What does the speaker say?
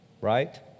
right